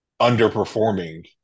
underperforming